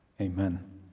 Amen